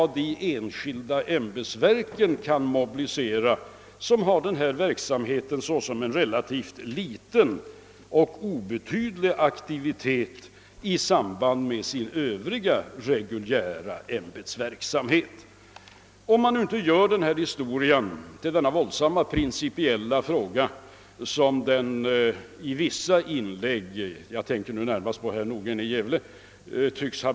De enskilda ämbetsverken kan inte mobilisera någon sådan sakkunskap, eftersom de bedriver denna verksamhet som en relativt liten och obetydlig aktivitet vid sidan av den reguljära ämbetsverksamheten. Man bör inte göra denna historia till den våldsamt principiella fråga som den blivit i vissa inlägg — jag tänker närmast på herr Nordgrens.